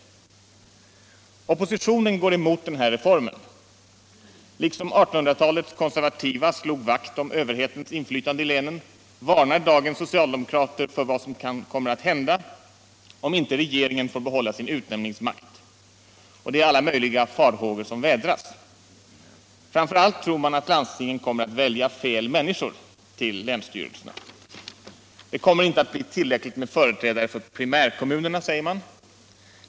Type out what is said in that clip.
Oppositionen går emot den här reformen. Liksom 1800-talets konservativa slog vakt om överhetens inflytande i länen varnar dagens socialdemokrater för vad som kommer att hända om inte regeringen får behålla sin utnämningsmakt. Och det är alla möjliga farhågor som vädras. Framför allt tror man att landstingen kommer att välja fel människor till länsstyrelserna. Det kommer inte att bli tillräckligt med företrädare för primärkommunerna, säger man.